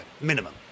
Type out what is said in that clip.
minimum